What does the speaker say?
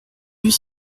huit